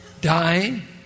dying